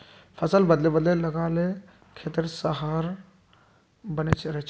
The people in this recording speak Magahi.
फसल बदले बदले लगा ल खेतेर सहार बने रहछेक